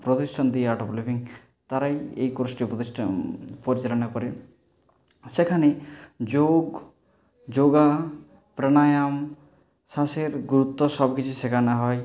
প্রতিষ্ঠান the Art of Living তারাই এই কোর্সটি প্রতিষ্ঠা পরিচালনা করে সেখানে যোগ যোগ প্রাণায়াম শ্বাসের গুরুত্ব সবকিছু শেখানো হয়